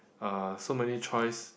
uh so many choice